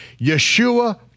Yeshua